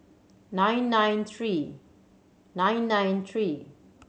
nine nine three nine nine three